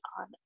on